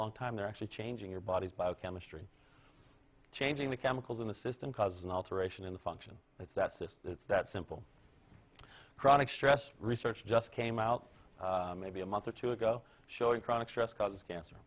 long time they're actually changing your body's biochemistry changing the chemicals in the system causes an alteration in the function that's that's this it's that simple chronic stress research just came out maybe a month or two ago showing chronic stress causes cancer